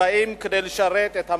ובאים כדי לשרת את המדינה.